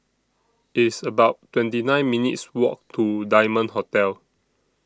It's about twenty nine minutes' Walk to Diamond Hotel